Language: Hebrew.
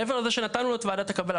מעבר לזה שנתנו לו את ועדת הקבלה,